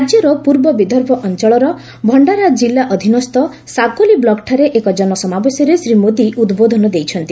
ରାଜ୍ୟର ପୂର୍ବ ବିଦର୍ଭ ଅଞ୍ଚଳର ଭଣ୍ଡାରା ଜିଲ୍ଲା ଅଧୀନସ୍ଥ ସାକୋଲି ବ୍ଲକ୍ଠାରେ ଏକ ଜନ ସମାବେଶରେ ଶ୍ରୀ ମୋଦି ଉଦ୍ବୋଧନ ଦେଇଛନ୍ତି